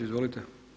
Izvolite.